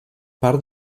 part